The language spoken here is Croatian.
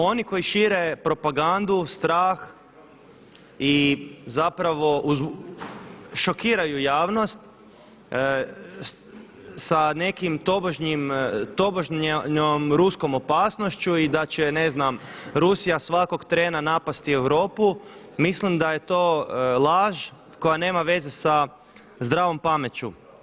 Oni koji šire propagandu, strah i zapravo šokiraju javnost sa nekim tobožnjim, tobožnjom ruskom opasnošću i da će ne znam Rusija svakog trena napasti Europu mislim da je to laž koja nema veze sa zdravom pameću.